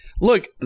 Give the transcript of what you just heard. look